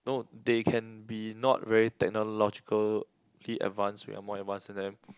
no they can be not very technologically advance we are more advance than them